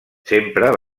sempre